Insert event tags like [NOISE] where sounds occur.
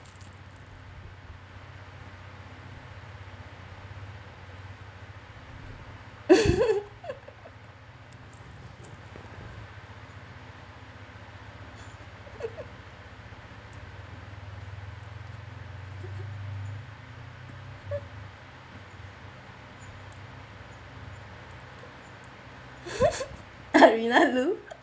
[LAUGHS] I